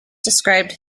described